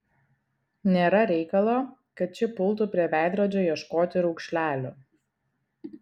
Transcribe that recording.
nėra reikalo kad ši pultų prie veidrodžio ieškoti raukšlelių